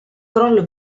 crollo